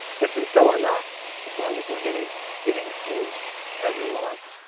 which is still enough as long as we're getting, getting a few every month.